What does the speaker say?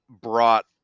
brought